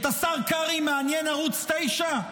את השר קרעי מעניין ערוץ 9?